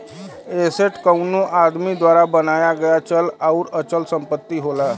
asset कउनो आदमी द्वारा बनाया गया चल आउर अचल संपत्ति होला